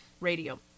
Radio